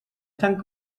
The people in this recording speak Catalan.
tant